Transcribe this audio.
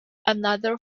another